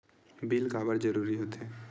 Bill काबर जरूरी होथे?